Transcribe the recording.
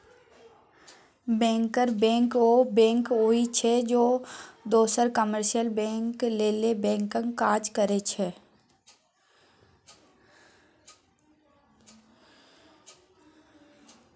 बैंकरक बैंक ओ बैंक होइ छै जे दोसर कामर्शियल बैंक लेल बैंकक काज करै छै